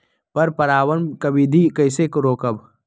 पर परागण केबिधी कईसे रोकब?